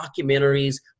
documentaries